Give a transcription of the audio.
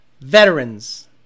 Veterans